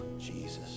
Jesus